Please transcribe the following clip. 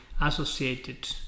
associated